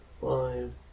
five